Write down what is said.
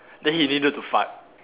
then he didn't dare to fart